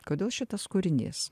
kodėl šitas kūrinys